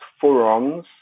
forums